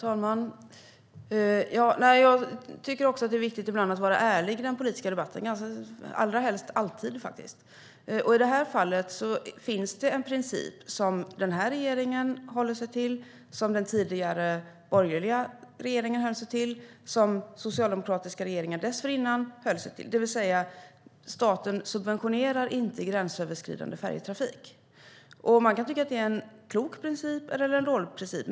Herr talman! Jag tycker att det ibland är viktigt att vara ärlig i den politiska debatten - allrahelst alltid. I det här fallet finns det en princip som den här regeringen håller sig till, som den tidigare borgerliga regeringen höll sig till och som socialdemokratiska regeringar dessförinnan höll sig till, det vill säga att staten inte subventionerar gränsöverskridande färjetrafik. Man kan tycka att det är en klok princip eller en dålig princip.